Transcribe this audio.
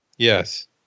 Yes